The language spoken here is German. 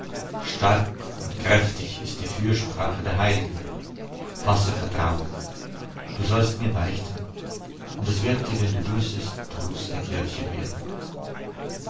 stark und kräftig ist die fürsprache der heiligen fasse vertrauen du sollst mir beichten und es wird dir wenn du büßest trost der kirche werden